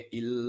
il